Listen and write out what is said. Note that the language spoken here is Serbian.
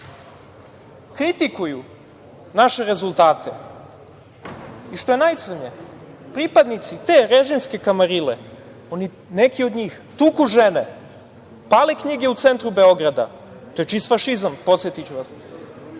kritikuju naše rezultate i, što je najcrnje, pripadnici te režimske kamarile, neki od njih, tuku žene, pale knjige u centru Beograda, to je čist fašizam, podsetiću vas,